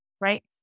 right